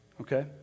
okay